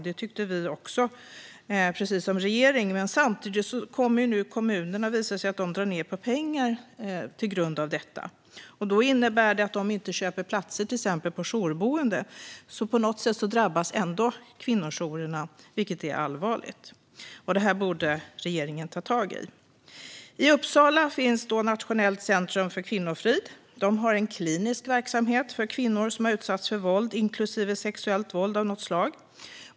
Det tyckte vi liksom regeringen att de skulle få. Samtidigt visar det sig att kommunerna drar ner på pengarna på grund av detta. Det innebär att kommunerna inte köper platser på jourboenden. På något sätt drabbas därför kvinnojourerna ändå, vilket är allvarligt. Detta borde regeringen ta tag i. I Uppsala finns Nationellt centrum för kvinnofrid. De har en klinisk verksamhet för kvinnor som har utsatts för våld, inklusive sexuellt våld av något slag.